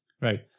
Right